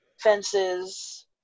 Fences